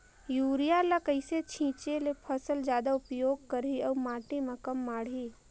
Urea ल कइसे छीचे ल फसल जादा उपयोग करही अउ माटी म कम माढ़ही?